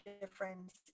difference